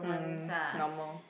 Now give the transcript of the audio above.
mm normal